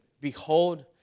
Behold